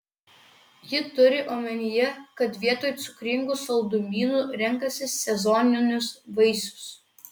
ji turi omenyje kad vietoj cukringų saldumynų renkasi sezoninius vaisius